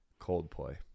Coldplay